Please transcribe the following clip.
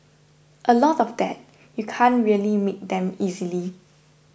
a lot of that you can't really make them easily